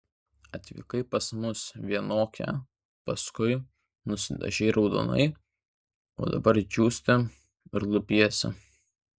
atvykai pas mus vienokia paskui nusidažei raudonai o dabar džiūsti ir lupiesi